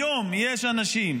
היום יש אנשים,